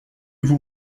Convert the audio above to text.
vous